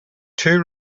two